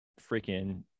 freaking